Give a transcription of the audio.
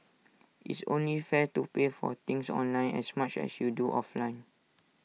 it's only fair to pay for things online as much as you do offline